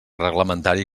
reglamentari